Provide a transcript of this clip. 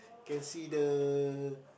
can see the